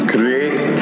Create